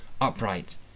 upright